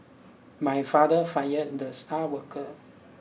my father fired the star worker